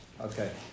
Okay